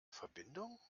verbindung